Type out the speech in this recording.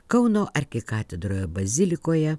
kauno arkikatedroje bazilikoje